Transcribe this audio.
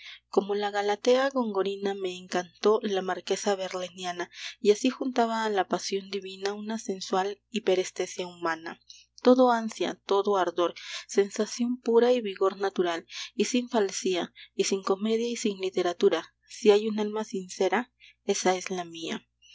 como la galatea gongorina me encantó la marquesa verleniana y así juntaba a la pasión divina una sensual hiperestesia humana todo ansia todo ardor sensación pura y vigor natural y sin falsía y sin comedia y sin literatura si hay un alma sincera esa es la mía